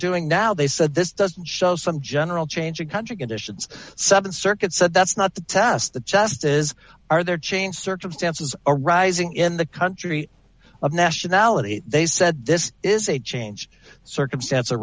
doing now they said this doesn't show some general change in country conditions seven circuits said that's not the test that just is are there change circumstances arising in the country of nationality they said this is a change circumstance a